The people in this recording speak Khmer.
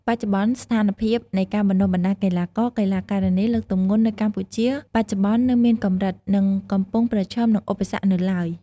បច្ចុប្បន្នស្ថានភាពនៃការបណ្តុះបណ្តាលកីឡាករ-កីឡាការិនីលើកទម្ងន់នៅកម្ពុជាបច្ចុប្បន្ននៅមានកម្រិត និងកំពុងប្រឈមនឹងឧបសគ្គនៅឡើយ។